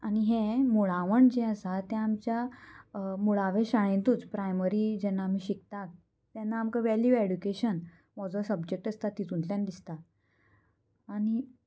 आनी हें मुळावण जें आसा तें आमच्या मुळावें शाळेंतूच प्रायमरी जेन्ना आमी शिकतात तेन्ना आमकां वेल्यू एडुकेशन हो जो सब्जेक्ट आसता तितूंतल्यान दिसता आनी